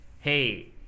hey